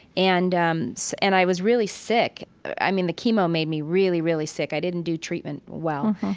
and um so and i was really sick. i mean, the chemo made me really, really sick. i didn't do treatment well.